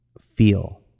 feel